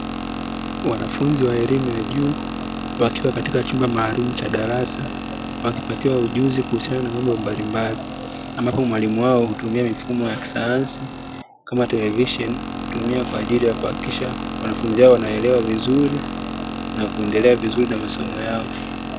Wanafunzi wa elimu ya juu, wakiwa katika chumba maalumu cha darasa, wakapatiwa ujuzi kuhusiana na mambo mbalimbali, ambapo mwalimu wao hutumia mifumo ya kisayansi, kama televisheni, kutumia kwa ajili ya kuhakikisha wanafunzi hao wanaelewa vizuri na kuendelea vizuri na masomo yao.